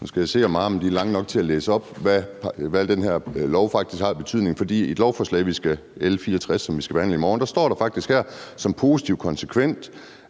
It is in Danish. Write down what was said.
Nu skal jeg se, om armene er lange nok til at læse op, hvad den her lov faktisk har af betydning. I et lovforslag, som vi skal behandle i morgen, L 64, står der faktisk, at